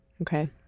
Okay